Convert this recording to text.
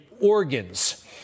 organs